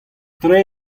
tre